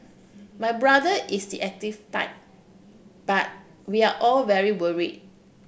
my brother is the active type but we are all very worried